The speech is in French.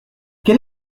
quel